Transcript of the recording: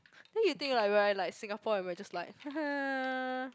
then you think like we are like Singapore and we're just like